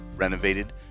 Renovated